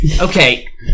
Okay